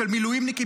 של מילואימניקים,